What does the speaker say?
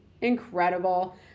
incredible